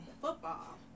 football